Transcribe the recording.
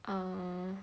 err